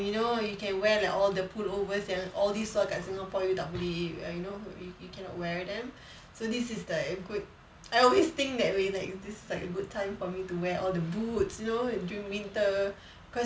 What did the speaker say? you know you can wear like all the pullovers yang all the seluar kat singapore you tak boleh you know you cannot wear them so this is like a good I always think that way like this is like a good time for me to wear all the boots you know during winter